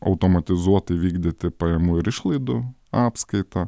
automatizuotai vykdyti pajamų ir išlaidų apskaitą